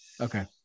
Okay